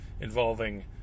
involving